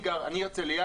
אני מהרצליה,